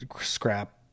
scrap